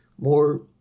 more